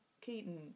Keaton